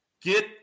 Get